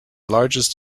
largest